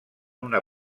una